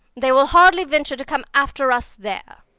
they will hardly venture to come after us there.